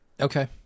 Okay